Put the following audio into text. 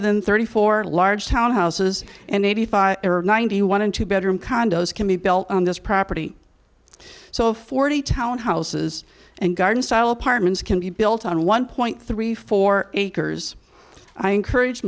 than thirty four large townhouses and eighty five or ninety one in two bedroom condo is can be built on this property so forty townhouses and garden style apartments can be built on one thirty four acres i encourage